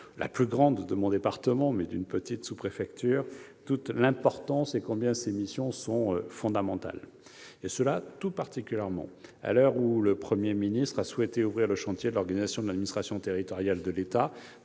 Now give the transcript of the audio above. la plus grande de mon département, mais elle reste une petite sous-préfecture -, combien ces missions sont fondamentales. C'est tout particulièrement vrai à l'heure où le Premier ministre a souhaité ouvrir le chantier de l'organisation de l'administration territoriale de l'État,